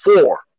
Four